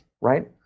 right